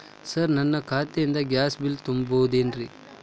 Sir ನನ್ನ ಖಾತೆಯಿಂದ gas bill ತುಂಬಹುದೇನ್ರಿ?